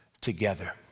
together